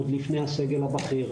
עוד לפני הסגל הבכיר,